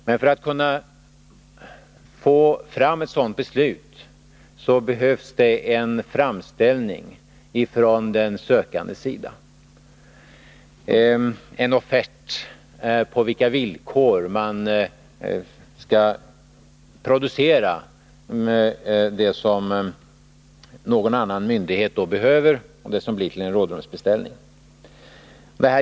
Men för att få fram ett beslut om en rådrumsbeställning behövs det en framställning från den sökandes sida, en offert, på vilka villkor man åtar sig att producera det som någon myndighet behöver och som blir till en rådrumsbeställning.